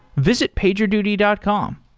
visit pagerduty dot com.